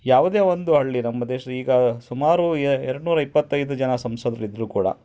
ಯಾವುದೇ ಒಂದು ಹಳ್ಳಿ ನಮ್ಮ ದೇಶದ ಈಗ ಸುಮಾರು ಎರಡುನೂರ ಇಪ್ಪತ್ತೈದು ಜನ ಸಂಸದ್ರು ಇದ್ರೂ ಕೂಡ